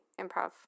improv